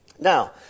Now